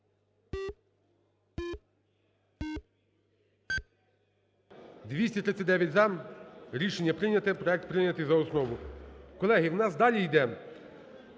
За-239 Рішення прийнято. Проект прийняти за основу. Колеги, у нас далі йде